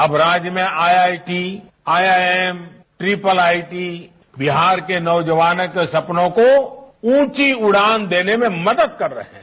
अब राज्य में IIT IIM triple IT Bihar के नौजवानों के सपनों को ऊंची उडान देने में मदद कर रही है